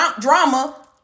drama